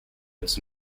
its